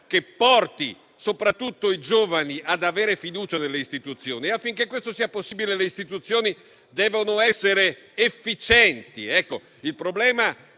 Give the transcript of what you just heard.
che porti soprattutto i giovani ad avere fiducia nelle Istituzioni. Affinché questo sia possibile, le Istituzioni devono essere efficienti. Il problema